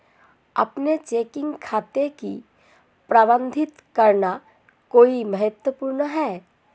अपने चेकिंग खाते को प्रबंधित करना क्यों महत्वपूर्ण है?